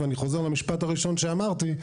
ואני חוזר למשפט הראשון שאמרתי,